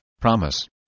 promise